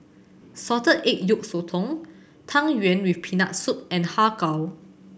Salted Egg Yolk Sotong Tang Yuen with Peanut Soup and Har Kow